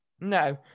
No